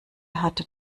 hatte